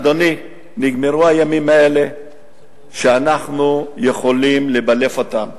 אדוני, נגמרו הימים האלה שאנחנו יכולים לבלף אותם.